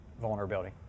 vulnerability